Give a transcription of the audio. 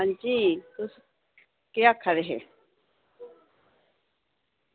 हां जी तुस केह् आक्खा दे हे